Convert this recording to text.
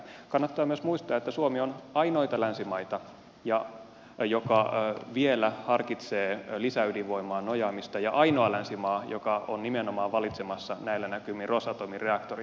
kannattaa myös muistaa että suomi on ainoita länsimaita joka vielä harkitsee lisäydinvoimaan nojaamista ja ainoa länsimaa joka on nimenomaan valitsemassa näillä näkymin rosatomin reaktorin